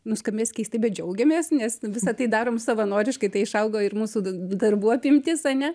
nuskambės keistai bet džiaugiamės nes visa tai darom savanoriškai tai išaugo ir mūsų darbų apimtis ane